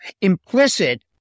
implicit